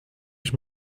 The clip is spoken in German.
ich